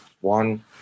one